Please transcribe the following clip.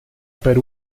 per